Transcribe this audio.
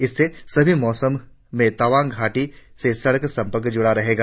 इससे सभी मौसम में तवांग घाटी से सड़क संपर्क जुड़ा रहेगा